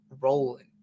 rolling